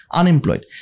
unemployed